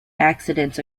accidents